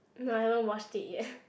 no I haven't watch it yet